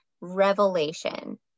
Revelation